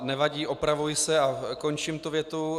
Nevadí, opravuji se a končím tu větu.